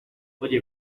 oye